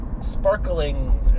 sparkling